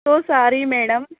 so sorry madam